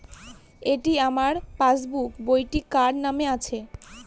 এটি আমার পাসবুক বইটি কার নামে আছে?